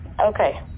Okay